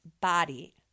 body